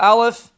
Aleph